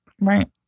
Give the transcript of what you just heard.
Right